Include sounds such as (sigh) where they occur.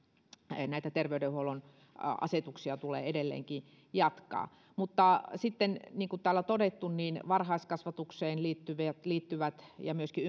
näitä terveydenhuollon asetuksia tulee edelleenkin jatkaa mutta niin kuin täällä on todettu niin varhaiskasvatukseen liittyvät liittyvät ja myöskin (unintelligible)